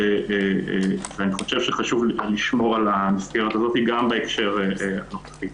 ואני חושב שחשוב לשמור על המסגרת הזאת גם בהקשר הנוכחי.